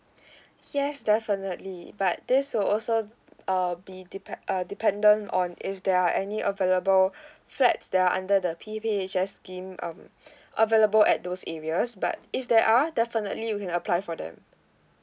yes definitely but this will also uh be depend uh dependent on if there are any available flats that are under the P_P_H_S scheme um available at those areas but if there are definitely you can apply for them